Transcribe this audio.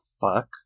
fuck